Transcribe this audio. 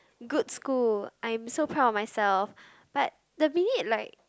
good school I am so proud of myself but the minute like